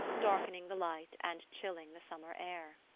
darkening the light and chilling the summer air.